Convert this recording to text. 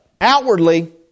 outwardly